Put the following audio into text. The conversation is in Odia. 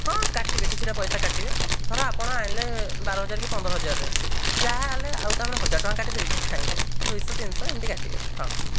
ହଁ କାଟିବେ କିଛିଟା ପଇସା କାଟିବେ ଧର ଆପଣ ଆଣିଲେ ବାରହଜାର କି ପନ୍ଦର ହଜାରରେ ଯାହାହେଲେ ଆଉ ତାଙ୍କର ହଜାର ଟଙ୍କା କାଟିଦେବେ କି ନାଇଁ ଭାଇ ଦୁଇଶହ ତିନିଶହ ଏମିତି କାଟିବେ ହଁ